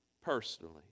personally